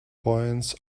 points